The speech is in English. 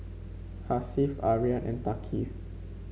Hasif Aryan and Thaqif